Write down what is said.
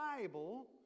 Bible